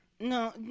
No